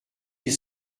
huit